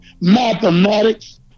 mathematics